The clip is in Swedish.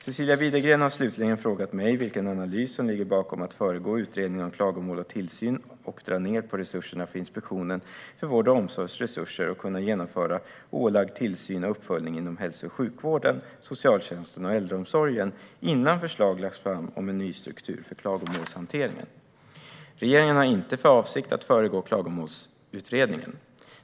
Cecilia Widegren har slutligen frågat mig vilken analys som ligger bakom att föregå utredningen om klagomål och tillsyn och dra ned på resurserna till Inspektionen för vård och omsorgs resurser att kunna genomföra ålagd tillsyn och uppföljning inom hälso och sjukvården, socialtjänsten och äldreomsorgen innan förslag lagts fram om ny struktur för klagomålshanteringen. Regeringen har inte för avsikt att föregå Klagomålsutredningen.